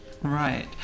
Right